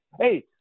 hey